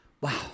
Wow